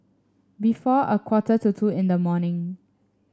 before a quarter to two in the morning